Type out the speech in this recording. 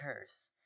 curse